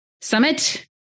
summit